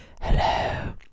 Hello